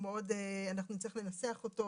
אנחנו נצטרך לנסח אותו,